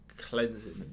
cleansing